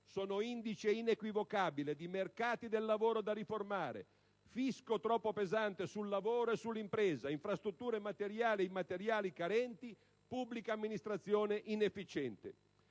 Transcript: sono indice inequivocabile di mercati del lavoro da riformare, fisco troppo pesante sul lavoro e sull'impresa, infrastrutture materiali e immateriali carenti, pubblica amministrazione inefficiente.